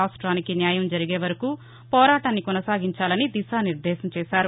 రాష్ట్రనికి న్యాయం జరిగేవరకు పోరాటాన్ని కొనసాగించాలని దిశానిర్దేశం చేశారు